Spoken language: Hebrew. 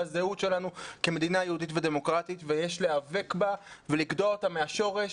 בזהות שלנו כמדינה יהודית ודמוקרטית ויש להיאבק בה ולגדוע אותה מהשורש.